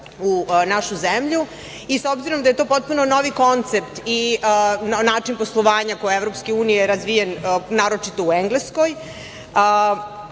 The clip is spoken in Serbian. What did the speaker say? u našu zemlju.S obzirom da je to potpuno novi koncept i način poslovanja koji je u EU razvijen naročito u Engleskoj,